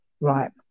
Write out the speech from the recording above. Right